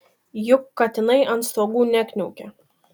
juk katinai ant stogų nekniaukė